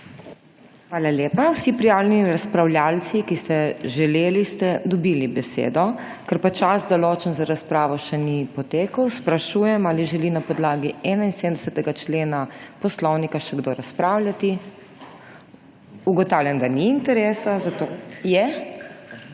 vam. Vsi prijavljeni razpravljavci, ki ste to želeli, ste dobili besedo. Ker čas, določen za razpravo, še ni potekel, sprašujem, ali želi na podlagi 71. člena Poslovnika še kdo razpravljati? Ugotavljam, da interesa ni. O